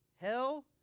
Hell